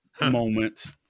moment